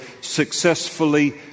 successfully